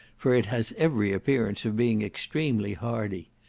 for it has every appearance of being extremely hardy.